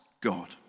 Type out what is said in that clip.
God